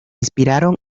inspiraron